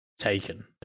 taken